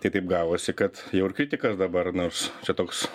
tai taip gavosi kad jau ir kritikas dabar nors čia toks